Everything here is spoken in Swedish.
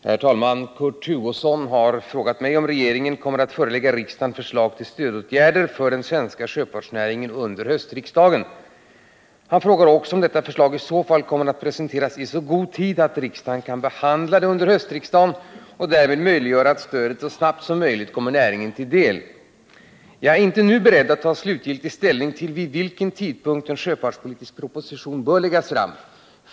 Herr talman! Kurt Hugosson har frågat mig om regeringen kommer att förelägga riksdagen förslag till stödåtgärder för den svenska sjöfartsnäringen under hösten. Han frågar också om detta förslag i så fall kommer att presenteras i så god tid att riksdagen kan behandla det under hösten och därmed möjliggöra att stödet så snabbt som möjligt kommer näringen till del. Jag är inte nu beredd att ta slutgiltig ställning till vid vilken tidpunkt en sjöfartspolitisk proposition bör läggas fram.